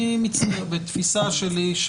בתפיסה שלי,